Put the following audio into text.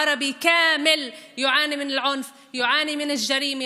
ערבית שלמה הסובלת מהאלימות ומהפשע והפשיעה.